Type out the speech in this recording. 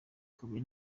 kabuye